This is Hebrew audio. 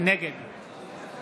נגד